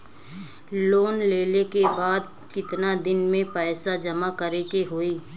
Loan लेले के बाद कितना दिन में पैसा जमा करे के होई?